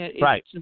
Right